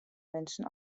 menschen